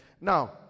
Now